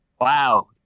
Wow